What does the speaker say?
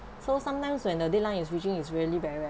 so sometimes when the deadline is reaching it's really very bad